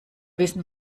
wissen